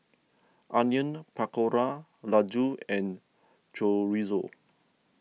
Onion Pakora Ladoo and Chorizo